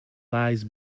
lies